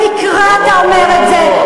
לא במקרה אתה אומר את זה.